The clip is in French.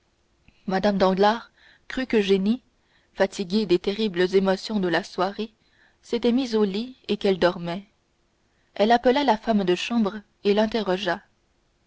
mme danglars crut qu'eugénie fatiguée des terribles émotions de la soirée s'était mise au lit et qu'elle dormait elle appela la femme de chambre et l'interrogea